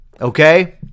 Okay